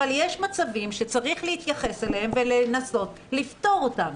אבל יש מצבים שצריך להתייחס אליהם ולנסות לפתור אותם.